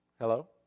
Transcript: hello